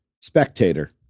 spectator